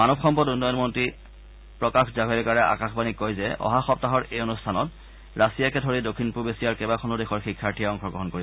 মানৱ সম্পদ উন্নয়ন মন্ত্ৰী প্ৰকাশ জাভৰেকাৰে আকাশবাণীক কয় যে অহা সপ্তাহৰ এই অনুষ্ঠানত ৰাছিয়াকে ধৰি দক্ষিণ পূব এছিয়াৰ কেইবাখনো দেশৰ শিক্ষাৰ্থীয়ে অংশগ্ৰহণ কৰিব